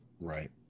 right